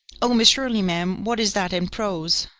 oh, miss shirley, ma'am, what is that in prose?